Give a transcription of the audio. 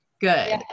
good